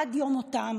עד יום מותם